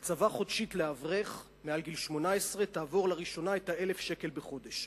הקצבה חודשית לאברך מעל גיל 18 תעבור לראשונה את 1,000 השקל בחודש.